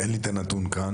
אין לי את הנתון כאן,